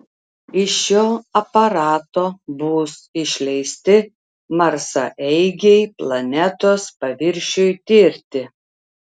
iš šio aparato bus išleisti marsaeigiai planetos paviršiui tirti